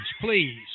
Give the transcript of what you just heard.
please